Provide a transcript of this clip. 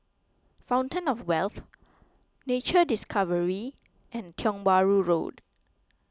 Fountain of Wealth Nature Discovery and Tiong Bahru Road